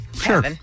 Sure